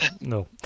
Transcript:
No